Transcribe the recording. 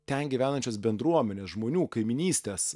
ten gyvenančias bendruomenės žmonių kaimynystės